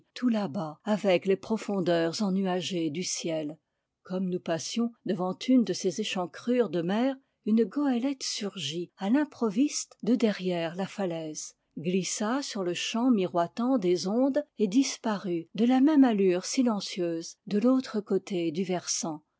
tout là-bas avec les profondeurs ennuagées du ciel comme nous passions devant une de ces échancrures de mer une goélette surgit à l'improviste de derrière la lalaise glissa sur le champ muoitant des ondes et disparut de la même allure silencieuse de l'autre côté du versant